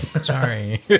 Sorry